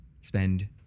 spend